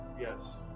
Yes